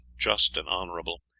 just and honourable,